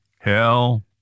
Hell